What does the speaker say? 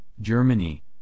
Germany